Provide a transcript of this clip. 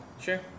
Sure